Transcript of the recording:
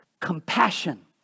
compassion